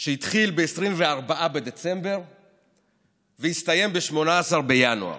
שהתחיל ב-24 בדצמבר והסתיים ב-18 בינואר.